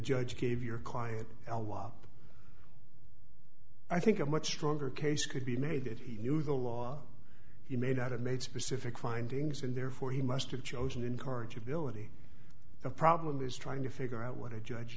judge gave your client l wop i think a much stronger case could be made that he knew the law he may not have made specific findings and therefore he must have chosen incorrigibility the problem is trying to figure out what a judge